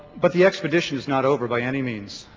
but the expedition is not over by any means.